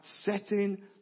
setting